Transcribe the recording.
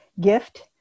gift